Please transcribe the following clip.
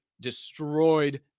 Destroyed